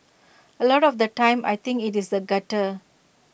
A lot of the time I think IT is the gutter